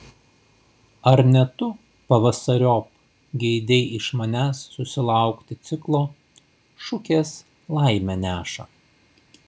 ar ne tu pavasariop geidei iš manęs susilaukti ciklo šukės laimę neša